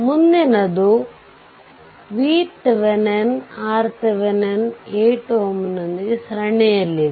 ಮುಂದಿನದು VThevenin RThevenin 8 Ωನೊಂದಿಗೆ ಸರಣಿಯಲ್ಲಿದೆ